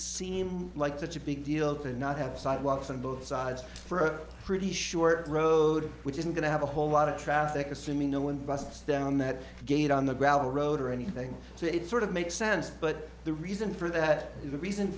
seem like such a big deal to not have sidewalks on both sides for a pretty short road which isn't going to have a whole lot of traffic assuming no one busts down that gate on the gravel road or anything so it sort of makes sense but the reason for that reason